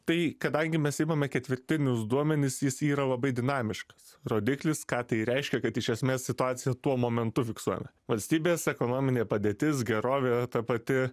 tai kadangi mes imame ketvirtinius duomenis jis yra labai dinamiškas rodiklis ką tai reiškia kad iš esmės situaciją tuo momentu fiksuojame valstybės ekonominė padėtis gerovė ta pati